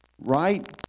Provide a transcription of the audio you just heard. right